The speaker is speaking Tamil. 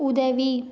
உதவி